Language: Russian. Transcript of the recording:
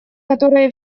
которые